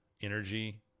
energy